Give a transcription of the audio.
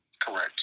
Correct